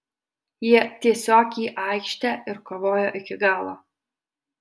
jie tiesiog į aikštę ir kovojo iki galo